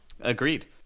Agreed